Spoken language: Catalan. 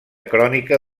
crònica